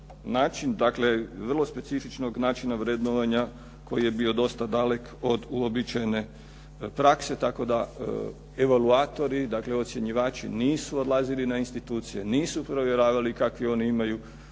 način, dakle vrlo specifičnog načina vrednovanja koji je bio dosta dalek od uobičajene prakse, tako da evaluatori dakle ocjenjivači nisu odlazili na institucije, nisu provjeravali kakve oni imaju